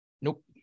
nope